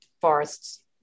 forests